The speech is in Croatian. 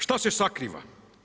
Što se sakriva?